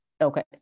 okay